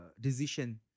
decision